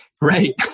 Right